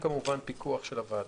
וכמובן, עם פיקוח של הוועדה.